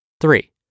Three